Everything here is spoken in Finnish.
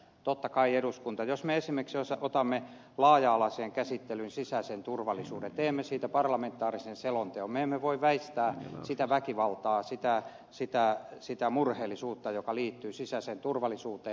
totta kai jos eduskunta esimerkiksi ottaa laaja alaiseen käsittelyyn sisäisen turvallisuuden teemme siitä parlamentaarisen selonteon me emme voi väistää sitä väkivaltaa sitä murheellisuutta joka liittyy sisäiseen turvallisuuteen